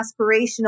aspirational